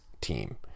team